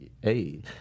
hey